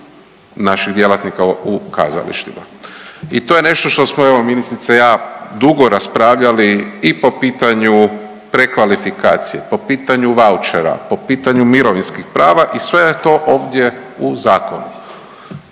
naših djelatnika u našim kazalištima i to je nešto što smo evo ministrica i ja dugo raspravljali i po pitanju prekvalifikacije, po pitanju vaučera, po pitanju mirovinskih prava i sve je to ovdje u zakonu.